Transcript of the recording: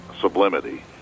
sublimity